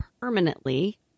permanently